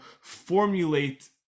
formulate